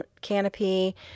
canopy